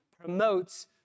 promotes